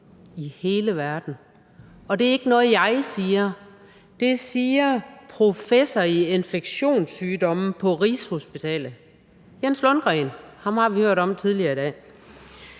i hele verden, og det er ikke noget, jeg siger, det siger professor i infektionssygdomme på Rigshospitalet Jens Lundgren. Ham har vi hørt om tidligere i dag.